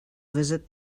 visit